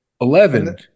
Eleven